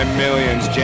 millions